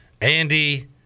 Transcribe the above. Andy